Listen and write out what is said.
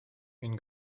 une